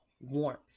warmth